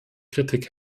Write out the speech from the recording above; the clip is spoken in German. kritik